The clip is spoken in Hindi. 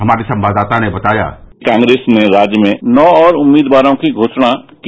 हमारे संवाददाता ने बताया कांग्रेस ने राज्य में नौ और उम्मीदवारों की घोषणा की